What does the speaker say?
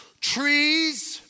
trees